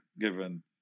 given